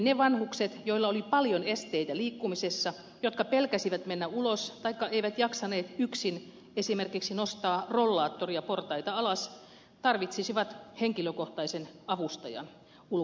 ne vanhukset joilla oli paljon esteitä liikkumisessa jotka pelkäsivät mennä ulos taikka eivät jaksaneet yksin esimerkiksi nostaa rollaattoria portaita alas tarvitsisivat henkilökohtaisen avustajan ulkoiluun